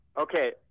Okay